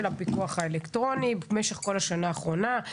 הפיקוח האלקטרוני במשך כל השנה האחרונה.